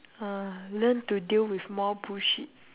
ah learn to deal with more bullshit